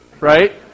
right